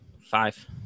five